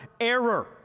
error